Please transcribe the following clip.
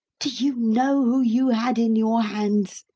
do you know who you had in your hands?